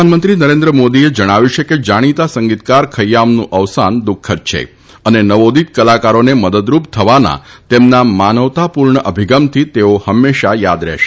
પ્રધાનમંત્રી નરેન્દ્રમોદીએ જણાવ્યું છે કે જાણીતા સંગીતકાર ખથ્યામનું અવસાન દુઃખદ છે અને નવી દિત કલાકારોને મદદરૂપ થવાના તેમના માનવતાપૂર્ણ અભિગમથી તેઓ હંમેશા થાદ રહેશે